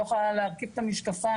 לא יכולה להרכיב את המשקפיים.